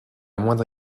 moindre